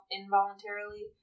involuntarily